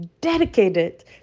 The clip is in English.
dedicated